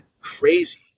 crazy